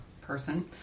person